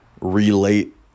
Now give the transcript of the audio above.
relate